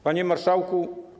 Panie Marszałku!